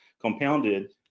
compounded